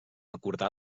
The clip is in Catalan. acordar